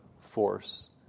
force